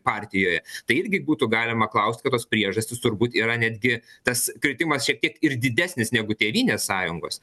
partijoje tai irgi būtų galima klaust kad tos priežastys turbūt yra netgi tas kritimas šiek tiek ir didesnis negu tėvynės sąjungos